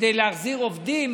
כדי להחזיר עובדים,